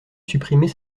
supprimer